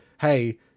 Hey